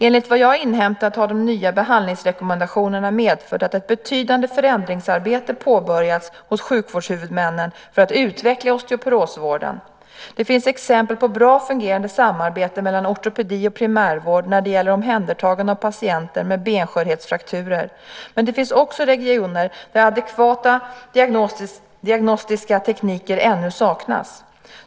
Enligt vad jag har inhämtat har de nya behandlingsrekommendationerna medfört att ett betydande förändringsarbete påbörjats hos sjukvårdshuvudmännen för att utveckla osteoporosvården. Det finns exempel på bra fungerande samarbete mellan ortopedi och primärvård när det gäller omhändertagandet av patienter med benskörhetsfrakturer, men det finns också regioner där adekvata diagnostiska tekniker ännu saknas.